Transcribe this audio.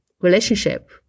relationship